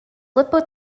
filippo